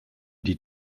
die